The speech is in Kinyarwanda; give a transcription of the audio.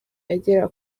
agera